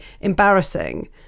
embarrassing